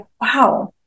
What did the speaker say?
wow